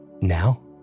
Now